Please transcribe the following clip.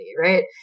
right